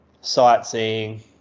sightseeing